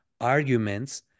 arguments